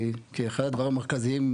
כי אחד הדברים המרכזיים,